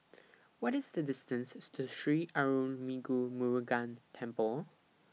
What IS The distance to Sri Arulmigu Murugan Temple